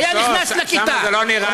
-- היה נכנס לכיתה --- שם זה לא נראה טוב.